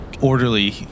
orderly